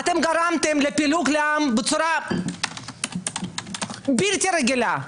גרמתם לפילוג בעם בצורה בלתי רגילה.